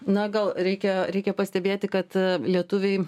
na gal reikia reikia pastebėti kad lietuviai